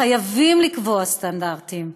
חייבים לקבוע סטנדרטים.